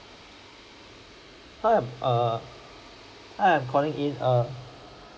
hi err I'm calling in err